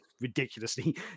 ridiculously